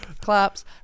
Claps